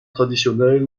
traditionnel